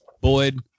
Boyd